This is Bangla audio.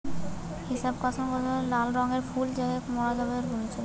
হিবিশকাস হতিছে গটে লাল রঙের ফুল যাকে মোরা জবা বলতেছি